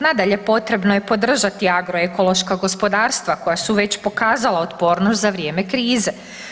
Nadalje, potrebno je podržati agroekološka gospodarstva koja su već pokazala otpornost za vrijeme krize.